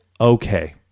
okay